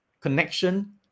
connection